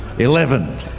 Eleven